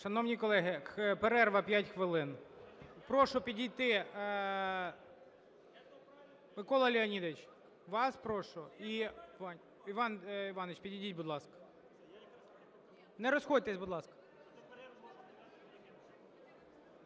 Шановні колеги, перерва 5 хвилин. Прошу підійти, Микола Леонідович, вас прошу, і, Іван Іванович, підійдіть, будь ласка. Не розходьтесь, будь ласка.